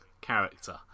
character